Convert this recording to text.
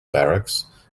barracks